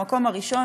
במקום הראשון,